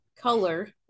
color